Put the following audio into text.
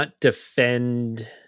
defend